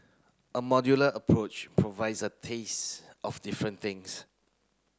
a modular approach provides a taste of different things